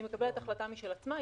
היא מקבלת החלטה משל עצמה,